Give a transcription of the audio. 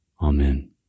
Amen